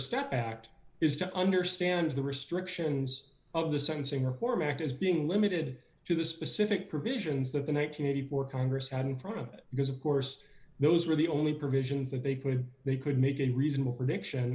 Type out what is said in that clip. step act is to understand the restrictions of the sentencing reform act as being limited to the specific provisions of the one thousand nine hundred and four congress had in front of it because of course those were the only provisions that they could they could make it reasonable prediction